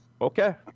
Okay